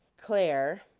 Claire